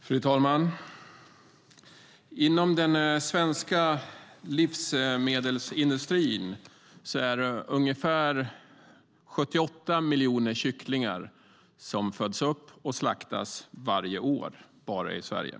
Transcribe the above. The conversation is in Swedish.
Fru talman! Inom den svenska livsmedelsindustrin är det ungefär 78 miljoner kycklingar som föds upp och slaktas varje år bara i Sverige.